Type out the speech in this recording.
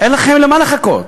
אין לכם למה לחכות.